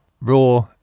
raw